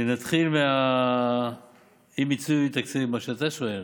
נתחיל מאי-מיצוי תקציבים, מה שאתה שואל,